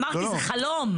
אמרתי זה חלום.